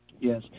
Yes